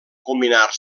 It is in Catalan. combinar